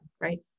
right